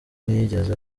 ntiyigeze